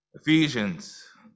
Ephesians